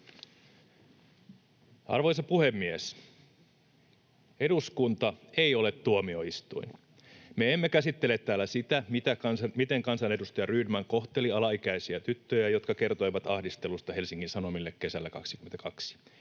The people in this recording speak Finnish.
Arvoisa puhemies! Eduskunta ei ole tuomioistuin. Me emme käsittele täällä sitä, miten kansanedustaja Rydman kohteli alaikäisiä tyttöjä, jotka kertoivat ahdistelusta Helsingin Sanomille kesällä 22.